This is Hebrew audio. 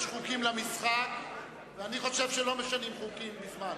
יש חוקים למשחק ואני חושב שלא משנים חוקים בזמן,